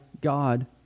God